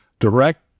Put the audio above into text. direct